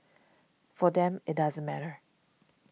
for them it doesn't matter